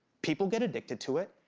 people get addicted to it,